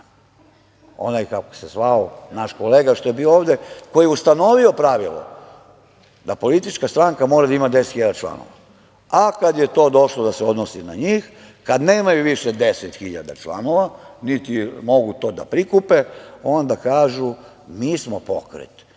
za preokret. Onaj naš kolega koji je bio ovde, koji je ustanovio pravilo da politička stranka mora da ima 10 hiljada članova. Ali, kad je to došlo da se odnosi na njih, kad nemaju više 10 hiljada članova, niti mogu to da prikupe, onda kažu – mi smo pokret.